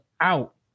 out